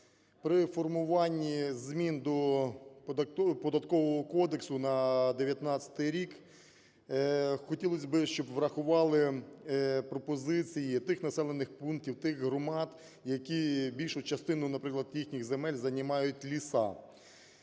При формуванні змін до Податкового кодексу на 2019 рік хотілось би, щоб врахували пропозиції тих населених пунктів, тих громад, які більшу частину, наприклад, їхніх земель займають ліси